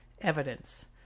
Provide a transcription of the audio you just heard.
Evidence